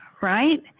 right